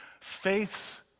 faiths